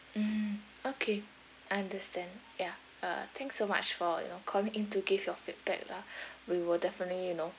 mm okay I understand ya uh thanks so much for you know calling in to give your feedback lah we will definitely you know